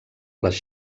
les